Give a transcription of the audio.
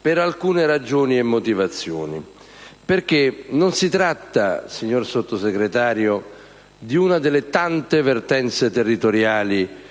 per alcune motivazioni. Non si tratta, signor Sottosegretario, di una delle tante vertenze territoriali